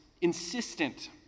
insistent